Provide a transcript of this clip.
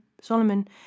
Solomon